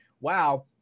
wow